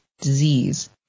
disease